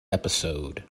episode